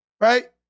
right